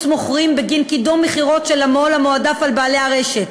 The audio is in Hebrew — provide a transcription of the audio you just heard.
מוכרים בגין קידום מכירות של המו"ל המועדף על בעלי הרשת.